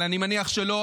אבל אני מניח שלא.